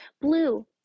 Blue